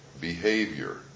behavior